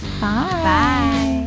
Bye